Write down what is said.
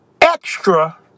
extra